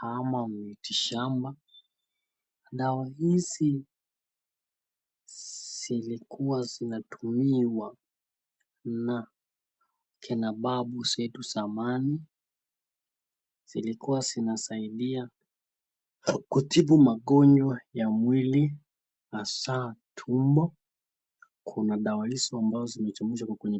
ama miti shamba, dawa hizi zilkuwa zinatumiwa na kina babu zetu zamani, zilkuwa zinasaidia kutibu magonjwa za mwili haswa tumbo.